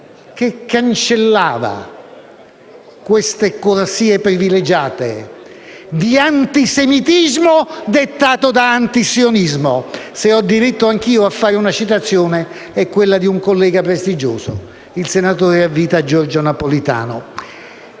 che cancellava queste corsie privilegiate di antisemitismo dettato da antisionismo. Se ho diritto anche io a fare una citazione, è quella di un collega prestigioso, il senatore a vita Giorgio Napolitano.